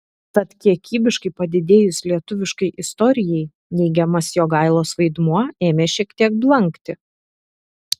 tad kiekybiškai padidėjus lietuviškai istorijai neigiamas jogailos vaidmuo ėmė šiek tiek blankti